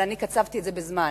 אבל אני קצבתי את זה בזמן.